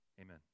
Amen